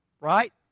Right